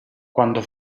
quando